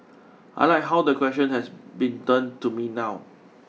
I like how the question has been turned to me now